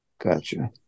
Gotcha